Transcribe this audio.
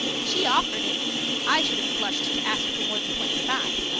she offered it i should have blushed to ask for more than twenty-five.